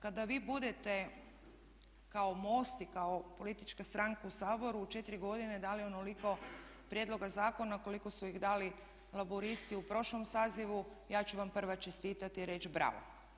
Kada vi budete kao MOST i kao politička stranka u Saboru u 4 godine dali onoliko prijedloga zakona koliko su iz dali Laburisti u prošlom sazivu ja ću vam prva čestitati i reći bravo.